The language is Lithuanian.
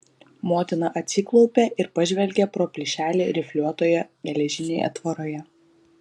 motina atsiklaupė ir pažvelgė pro plyšelį rifliuotoje geležinėje tvoroje